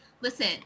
listen